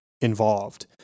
involved